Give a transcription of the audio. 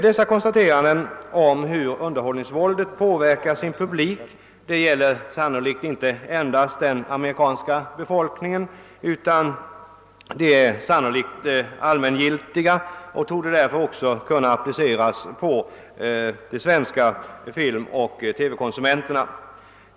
Dessa konstateranden om hur underhållningsvåldet påverkar sin publik gäller sannolikt inte endast den amerikanska befolkningen utan är sannolikt allmängiltiga och torde därför kunna appliceras också på de svenska filmoch TV-konsumenterna.